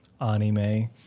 anime